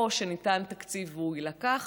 או שניתן תקציב והוא יילקח,